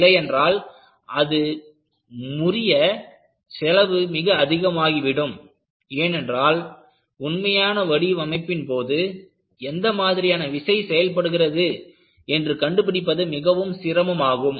இல்லையென்றால் அது முடிய செலவு மிக அதிகமாகி விடும் ஏனென்றால் உண்மையான வடிவமைப்பின் போது எந்த மாதிரியான விசை செயல்படுகிறது என்று கண்டுபிடிப்பது மிகவும் சிரமமாகும்